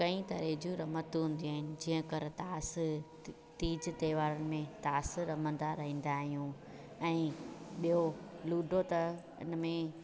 कई तरह जूं रमतूं हूंदियूं आहिनि जीअं कर तास ती तीज त्योहारन में तास रमंदा रहंदा आहियूं अईं ॿियो लूडो त इन में